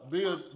Bill